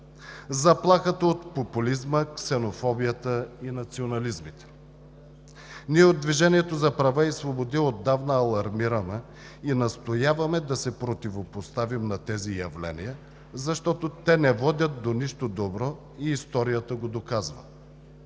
заплахата от популизма, ксенофобията и национализмите. Ние от „Движението за права и свободи“ отдавна алармираме и настояваме да се противопоставим на тези явления, защото те не водят до нищо добро и историята го доказва.